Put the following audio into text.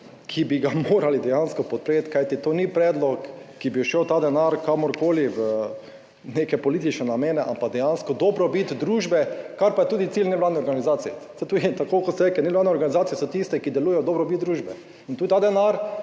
ki bi ga morali dejansko podpreti, kajti to ni predlog, ki bi šel ta denar kamorkoli v neke politične namene, ampak dejansko v dobrobit družbe, kar pa je tudi cilj nevladne organizacije. Saj to je tako, kot ste rekli, nevladne organizacije so tiste, ki delujejo v dobrobit družbe. In tudi ta denar